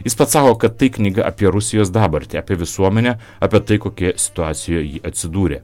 jis pats sako kad tai knyga apie rusijos dabartį apie visuomenę apie tai kokioje situacijoje ji atsidūrė